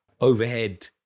overhead